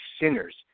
sinners